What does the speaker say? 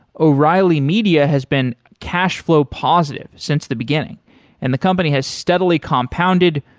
o'reilly media has been cash flow positive since the beginning and the company has steadily compounded,